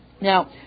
Now